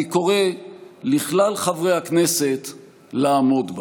אני קורא לכלל חברי הכנסת לעמוד בה.